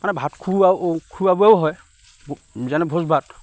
মানে ভাত খোৱা খোৱা বোৱাও হয় যেনে ভোজ ভাত